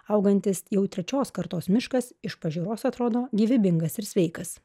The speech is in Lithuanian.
augantis jau trečios kartos miškas iš pažiūros atrodo gyvybingas ir sveikas